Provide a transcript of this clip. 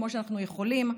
כמו שאנחנו יכולים,